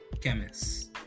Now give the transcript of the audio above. chemist